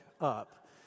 up